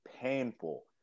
painful